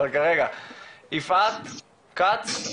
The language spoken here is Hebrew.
יפעת כץ,